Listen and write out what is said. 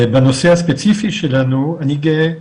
בנושא הספציפי שלנו אני גאה,